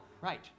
Right